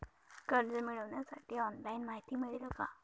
कर्ज मिळविण्यासाठी ऑनलाइन माहिती मिळेल का?